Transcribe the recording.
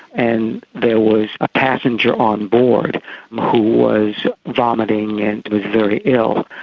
and there was a passenger on board who was vomiting and was very ill.